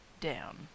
down